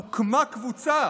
הוקמה קבוצה